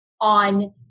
on